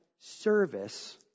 service